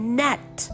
net